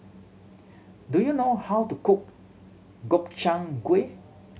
do you know how to cook Gobchang Gui